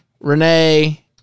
Renee